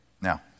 Now